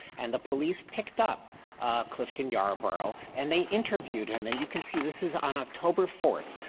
and the police picked up clifton yarborough and they interviewed him, and you can see, this is on october fourth.